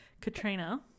katrina